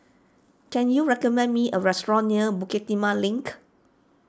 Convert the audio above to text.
can you recommend me a restaurant near Bukit Timah Link